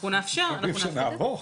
עדיף שנעבור?